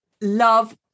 love